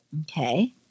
Okay